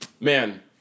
Man